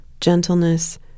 gentleness